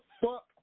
fuck